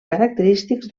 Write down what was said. característics